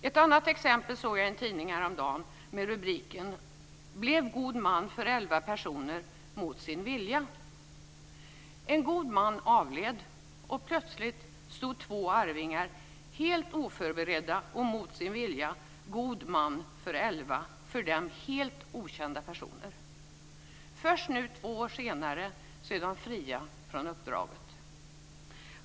Ett annat exempel såg jag i en tidning häromdagen under rubriken "Blev god man för elva personer mot sin vilja". En god man avled, och plötsligt stod två arvingar helt oförberedda och mot sin vilja som gode män för elva för dem helt okända personer. Först nu två år senare är de fria från uppdraget.